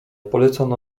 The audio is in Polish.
polecono